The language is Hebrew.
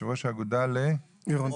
יושב ראש האגודה לגרונטולוגיה,